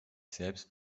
selbst